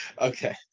okay